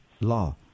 law